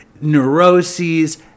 neuroses